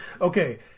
Okay